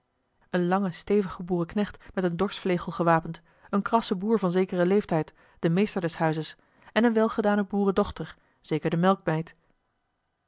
een lange stevige boerenknecht met een dorschvlegel gewapend een krasse boer van zekeren leeftijd de meester des huizes en eene welgedane boerendochter zeker de melkmeid wat